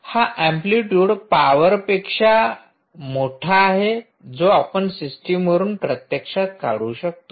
हा अँप्लिटयूड पॉवरपेक्षा मोठा आहे जो आपण सिस्टम वरून प्रत्यक्षात काढू शकतो